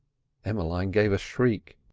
emmeline gave a shriek.